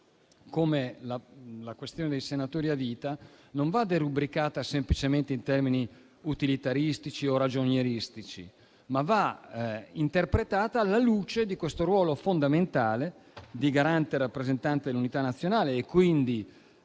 come la questione dei senatori a vita, non va derubricata semplicemente in termini utilitaristici o ragionieristici, ma va interpretata alla luce di questo ruolo fondamentale di garante e rappresentante dell'unità nazionale. Deve quindi